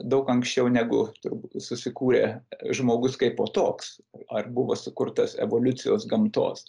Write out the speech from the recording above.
daug anksčiau negu turbūt susikūrė žmogus kaipo toks ar buvo sukurtas evoliucijos gamtos